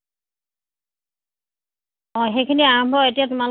এই বাইদেউ নব্বৈ টকাত কি হ'ব মই অনা মূল চুল একো নুঠিবই দেখুন